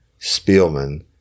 Spielman